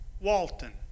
Walton